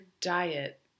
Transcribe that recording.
diet